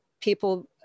people